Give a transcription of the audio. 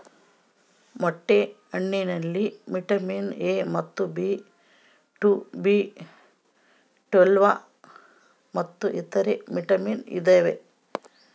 ಮೊಟ್ಟೆ ಹಣ್ಣಿನಲ್ಲಿ vitamin A ಮತ್ತು ಬಿ ಟು ಬಿ ಟ್ವೇಲ್ವ್ ಮತ್ತು ಇತರೆ ವಿಟಾಮಿನ್ ಇದಾವೆ